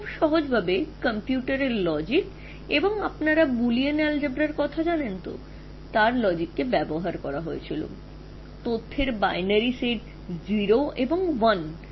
তিনি খুবই সাধারন একটা কম্পিউটারের লজিক ব্যবহার করেছিলেন যা আমরা বুলিয়ান বীজগণিত হিসাবে জানি 0 1 বাইনারি তথ্যের সেট যা সংকেত বা সিগন্যালটিকে চালিয়ে রাখে